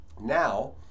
Now